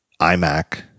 iMac